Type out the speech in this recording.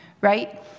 Right